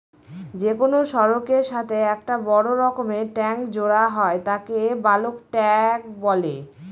যে কোনো সড়কের সাথে একটা বড় রকমের ট্যাংক জোড়া হয় তাকে বালক ট্যাঁক বলে